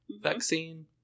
vaccine